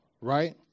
right